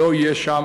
לא יהיו שם